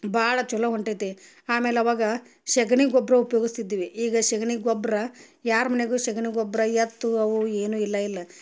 ಭಾಳ ಚಲೋ ಹೊಂಟೈತೆ ಆಮೇಲೆ ಅವಗ ಸಗಣಿ ಗೊಬ್ಬರ ಉಪಯೋಗಿಸ್ತಿದ್ವಿ ಈಗ ಸಗಣಿ ಗೊಬ್ಬರ ಯಾರು ಮನಿಯಾಗು ಸಗಣಿ ಗೊಬ್ಬರ ಎತ್ತು ಅವು ಏನೂ ಇಲ್ಲ ಇಲ್ಲ